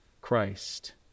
christ